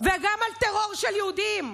וגם על טרור של יהודים.